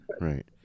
right